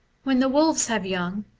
when the wolves have young,